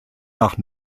nach